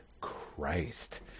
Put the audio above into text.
Christ